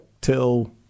till